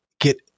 get